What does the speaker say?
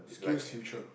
SkillsFuture